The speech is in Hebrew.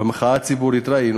במחאה הציבורית ראינו,